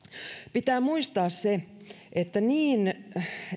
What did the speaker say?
pitää muistaa että niin